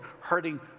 hurting